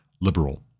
liberal